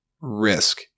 risk